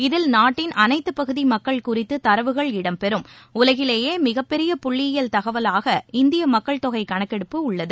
இதில் நாட்டின் அனைத்துபகுதிமக்கள் குறித்து தரவுகள் இடம் பெறும் உலகிலேயேமிகப்பெரிய புள்ளியியல் தகவலாக இந்தியமக்கள் தொகைகணக்கெடுப்பு உள்ளது